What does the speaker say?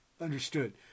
understood